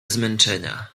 zmęczenia